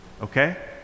okay